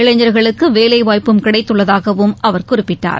இளைஞர்களுக்கு வேலைவாய்ப்பும் கிடைத்துள்ளதாகவும் அவர் குறிப்பிட்டார்